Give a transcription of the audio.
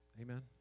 Amen